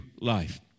life